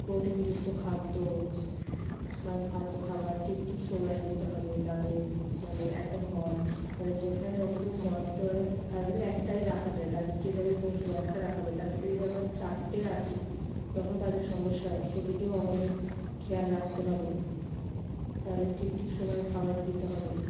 প্রোটিনযুক্ত খাদ্য মানে খাদ্য খাবার ঠিক ঠিক সময়ে দিতে হবে তাদের মানে একটা ঘর মানে যেখানে যতটুকু ঘর ধরো তার ভিতরে একটাই রাখা যায় তার ভিতরে যদি আমি পশু একটা রাখা যায় তার ভিতরে যদি আমরা চারটে রাখি তখন তাদের সমস্যা হয় সেদিকেও আমাদের খেয়াল রাখতে হবে তাদের ঠিক ঠিক সময়ে খাবার দিতে হবে